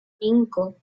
cinco